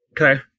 Okay